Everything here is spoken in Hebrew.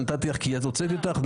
נתתי לך לדבר כי אז הוצאתי אותך.